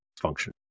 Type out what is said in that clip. function